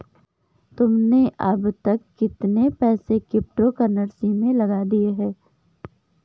तुमने अब तक कितने पैसे क्रिप्टो कर्नसी में लगा दिए हैं?